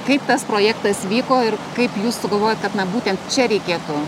kaip tas projektas vyko ir kaip jūs sugalvojot kad na būtent čia reikėtų